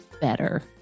BETTER